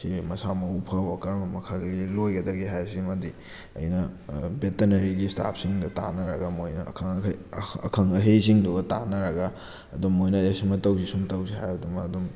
ꯁꯤ ꯃꯁꯥ ꯃꯎ ꯐꯕ ꯀꯔꯝꯕ ꯃꯈꯜꯒꯤ ꯂꯣꯏꯒꯗꯒꯦ ꯍꯥꯏꯕ ꯁꯤꯃꯗꯤ ꯑꯩꯅ ꯕꯦꯇꯅꯥꯔꯤꯒꯤ ꯏꯁꯇꯥꯐꯁꯤꯡꯗ ꯇꯥꯟꯅꯔꯒ ꯃꯣꯏꯅ ꯑꯈꯪ ꯑꯈꯪ ꯑꯍꯩꯁꯤꯡꯗꯨꯒ ꯇꯥꯟꯅꯔꯒ ꯑꯗꯨ ꯃꯣꯏꯅ ꯑꯦ ꯁꯨꯃꯥꯏꯅ ꯇꯧꯁꯤ ꯁꯨꯝ ꯇꯧꯁꯤ ꯍꯥꯏꯕꯗꯨꯃ ꯑꯗꯨꯝ